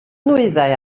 nwyddau